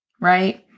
right